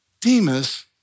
Demas